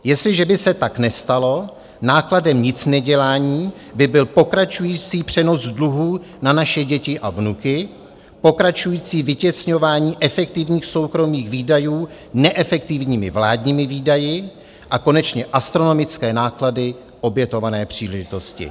Jestliže by se tak nestalo, nákladem nicnedělání by byl pokračující přenos dluhů na naše děti a vnuky, pokračující vytěsňování efektivních soukromých výdajů neefektivními vládními výdaji a konečně astronomické náklady obětované příležitosti.